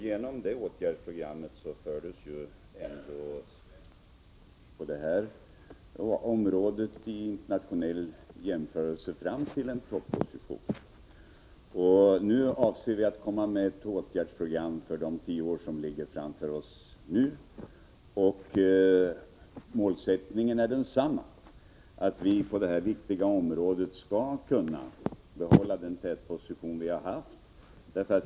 Genom det åtgärdsprogrammet fördes ändå Sverige vid en internationell jämförelse fram till en tätposition på det här området. Nu avser vi att komma med ett åtgärdsprogram för de 10 år som nu ligger framför oss. Målsättningen är densamma, att vi på detta viktiga område skall kunna behålla den tätposition vi har haft.